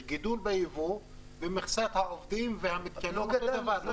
יש גידול ביבוא אבל מכסת העובדים והמתקנים נשארה אותו דבר.